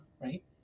right